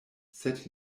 sed